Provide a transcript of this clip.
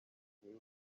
new